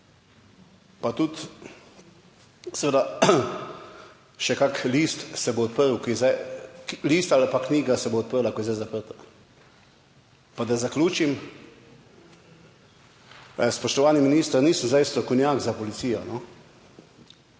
pa tudi seveda še kak list se bo odprl, ko je zdaj list ali pa knjiga se bo odprla, ko je zdaj zaprta. Pa da zaključim, spoštovani minister, nisem zdaj strokovnjak za policijo,